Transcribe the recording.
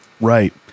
right